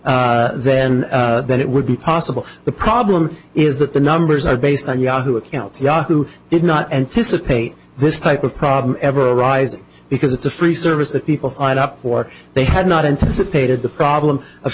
then that it would be possible the problem is that the numbers are based on yahoo accounts yahoo did not anticipate this type of problem ever arise because it's a free service that people signed up for they had not anticipated the problem